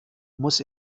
muss